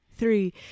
three